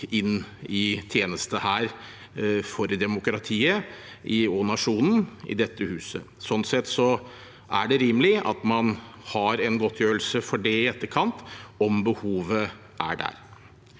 inn i tjeneste for demokratiet og nasjonen her i dette huset. Slik sett er det rimelig at man har en godtgjørelse for det i etterkant om behovet er der.